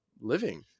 living